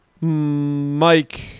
Mike